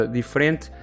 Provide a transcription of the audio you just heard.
diferente